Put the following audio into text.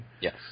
Yes